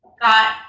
got